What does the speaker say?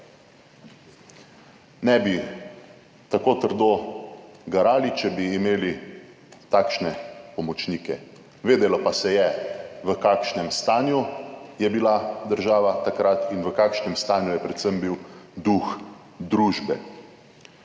Ne bi tako trdo garali, če bi imeli takšne pomočnike. Vedelo pa se je, v kakšnem stanju je bila država takrat in v kakšnem stanju je predvsem bil duh družbe.